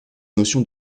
notion